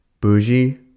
Bougie